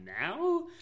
now